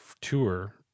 tour